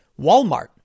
Walmart